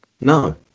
No